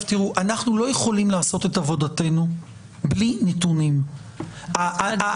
אנחנו לא יכולים לעשות את עבודתנו בלי נתונים --- בספטמבר.